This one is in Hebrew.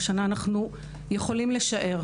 השנה אנחנו יכולים לשער,